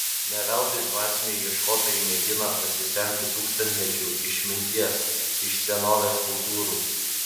ne veltui dvasiniai ieškotojai mėgina pasisemti tūkstantmečių išminties iš senovės kultūrų